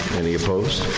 any opposed?